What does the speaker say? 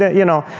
yeah you know,